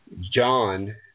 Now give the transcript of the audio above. John